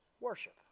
Worship